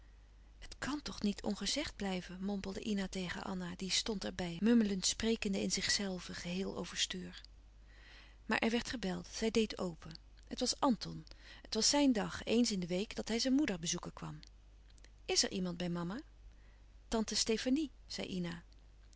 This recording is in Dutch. het kàn toch niet ongezegd blijven mompelde ina tegen anna die stond er bij mummelend sprekende in zichzelve geheel overstuur maar er werd gebeld zij deed open het was anton het was zijn dag eens in de week dat hij zijn moeder bezoeken kwam is er iemand bij mama tante stefanie